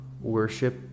worship